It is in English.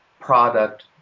product